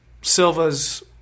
Silva's